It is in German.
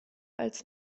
als